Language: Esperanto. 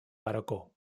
baroko